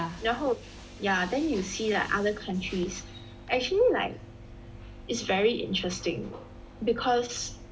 然后 yeah then you see like other countries actually like it's very interesting because